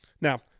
Now